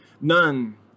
none